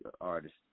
artist